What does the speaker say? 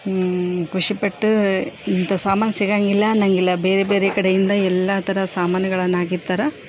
ಖುಷಿಪಟ್ಟ ಇಂಥ ಸಾಮಾನು ಸಿಗೋಂಗಿಲ್ಲ ಅನ್ನೋಂಗಿಲ್ಲ ಬೇರೆ ಬೇರೆ ಕಡೆಯಿಂದ ಎಲ್ಲ ಥರ ಸಾಮಾನಗಳನ್ನ ಹಾಕಿರ್ತಾರೆ